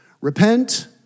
Repent